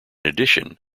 addition